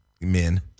Men